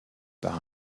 par